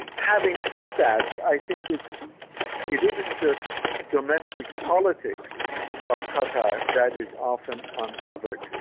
having said that, i think it it isn't just domestic politics of qatar that is often uncovered,